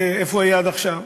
איפה הוא היה עד עכשיו?